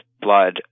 blood